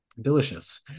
Delicious